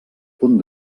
punt